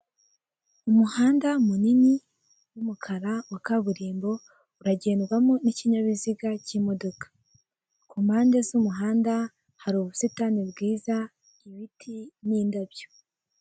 Amazu yubatse ku buryo bw'ikoranabuhanga, aregeranye afite inzugi n'amadirishya by'ibyuma, ku gipangu hariho urugi rukomeye cyane, nta wapfa kwinjiramo uko yishakiye, kuko haba hafite umutekano.